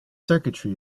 circuitry